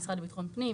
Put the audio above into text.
המשרד לביטחון פנים,